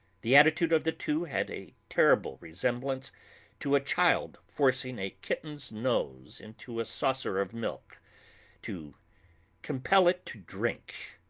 the attitude of the two had a terrible resemblance to a child forcing a kitten's nose into a saucer of milk to compel it to drink.